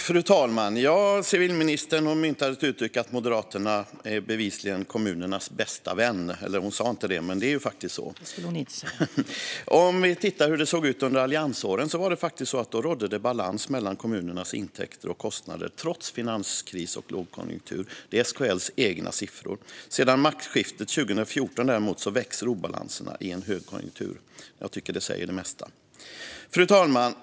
Fru talman! Civilministern myntar här uttrycket att Moderaterna bevisligen är kommunernas bästa vän. Hon sa inte det, men det är faktiskt så. : Det skulle hon inte säga.) Under alliansåren rådde det faktiskt balans mellan kommunernas intäkter och kostnader, trots finanskris och lågkonjunktur. Det är SKL:s egna siffror. Sedan maktskiftet 2014 växer däremot obalanserna - i en högkonjunktur. Jag tycker att det säger det mesta. Fru talman!